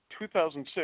2006